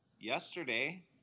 yesterday